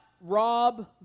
rob